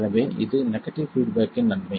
எனவே இது negative feedback இன் நன்மை